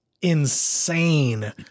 insane